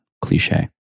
cliche